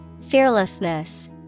Fearlessness